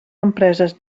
empreses